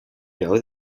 know